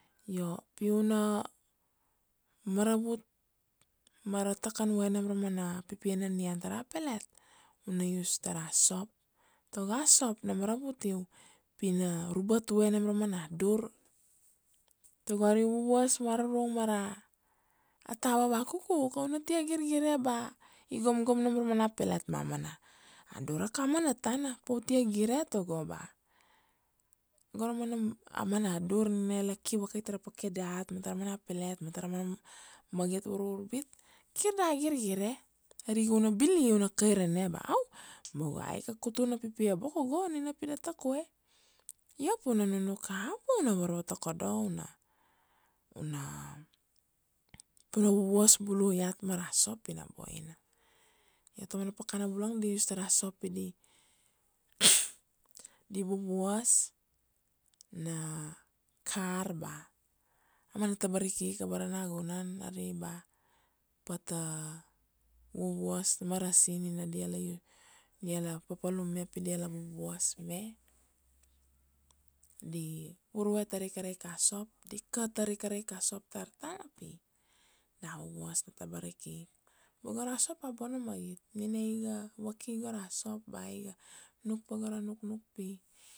io pi u na maravut ma ra takan vue nam ra mana pipia na nian ta ra pelet, u na use ta ra sop, tago a sop na maravut u pi na rubat vue nam ra mana dur. Tago ari u vuvuas varurung ma ra tava vakuku ka u na tia girgire ba i gomgom nam ra mana pelet ma mana dur akamana tana pa u tia gire tago ba, go ra, mana, a mana dur nina iala ki vakai ta ra peke dat ma ta ra mana pelet, ma ta ra mana magit vurvurbit, kir da girgire. Ari ga u na bilia u na kairane ba au ma go aika kutu na pipia boko go nina pi da tak vue. Io pi u na nunuk kapa u na varvatokodo, u na, u na, pu na vuvuas bulu iat ma ra sop pi na boina. Io ta mana pakana bulang di use ta ra sop pi di di vuvuas na kar ba a mana tabar ikik abara nagunan, ari ba pata vuvuas marasin nina dia la, dia la papalum me pi dia la vuvuas me, di vurue tar ika ra ika sop, di ka tar ika ra ika sop tar tana pi da vuvuas na tabarikik. Ma go ra sop a bona magit nina i ga vaki go ra sop ba iga nuk pa ga go ra nuknuk pi